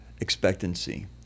expectancy